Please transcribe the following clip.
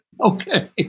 Okay